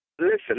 Listen